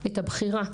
את הבחירה.